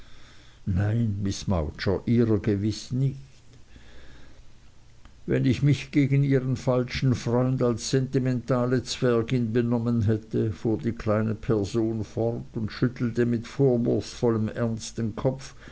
nein miß mowcher ihrer gewiß nicht wenn ich mich gegen ihren falschen freund als sentimentale zwergin benommen hätte fuhr die kleine person fort und schüttelte mit vorwurfsvollem ernst den kopf